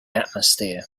atmosphere